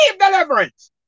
deliverance